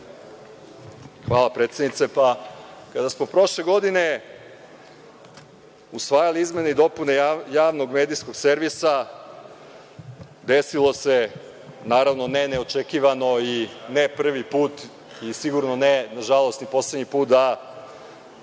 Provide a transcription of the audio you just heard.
Hvala, predsednice. Kada smo prošle godine usvajali izmene i dopune javnog medijskog servisa desilo se, naravno, ne neočekivano i ne prvi put i sigurno ne, nažalost, ni poslednji put, da